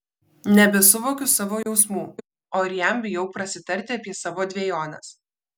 nebesuvokiu savo jausmų o ir jam bijau prasitarti apie savo dvejones